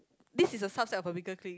this is a subset of a bigger clique